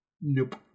Nope